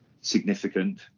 significant